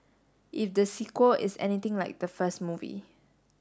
if the sequel is anything like the first movie